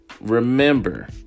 Remember